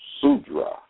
sudra